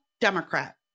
democrat